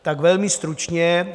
Tak velmi stručně.